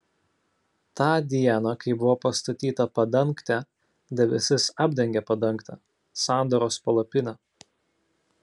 tą dieną kai buvo pastatyta padangtė debesis apdengė padangtę sandoros palapinę